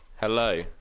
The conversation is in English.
hello